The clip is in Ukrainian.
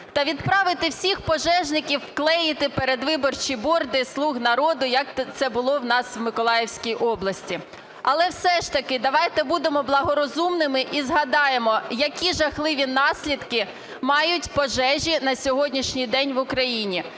та відправити всіх пожежників клеїти передвиборчі борди "слуг народу", як це було у нас в Миколаївській області. Але все ж таки давайте будемо благорозумними і згадаємо, які жахливі наслідки мають пожежі на сьогоднішній день в Україні,